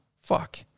Fuck